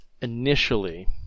initially